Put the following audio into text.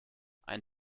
ein